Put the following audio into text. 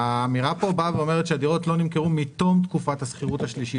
האמירה כאן אומרת שהדירות לא נמכרו מתום תקופת השכירות השלישית.